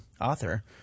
author